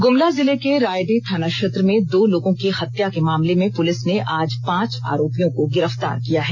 ग्मला जिले के रायडीह थाना क्षेत्र में दो लोगों की हत्या के मामले में पुलिस ने आज पांच आरोपियों को गिरफ्तार किया है